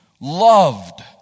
loved